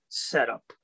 setup